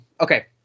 okay